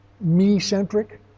me-centric